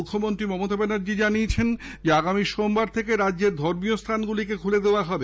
মুখ্যমন্ত্রী মমতা ব্যানার্জী জানিয়েছেন আগামী সোমবার থেকে রাজ্যের ধর্মস্থানগুলিকেখুলে দেওয়া হবে